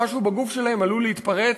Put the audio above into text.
משהו בגוף שלהם עלול להתפרץ,